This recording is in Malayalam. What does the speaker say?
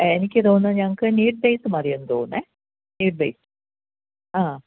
എനിക്ക് തോന്നുന്നു ഞങ്ങൾക്ക് നീഡ് ബേയ്സ് മതിയെന്ന് തോന്നുന്നു നീഡ് ബേയ്സ് ആ